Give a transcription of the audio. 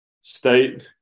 State